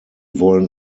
wollen